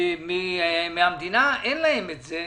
חלק נכבד מתושבי המדינה אין להם את זה,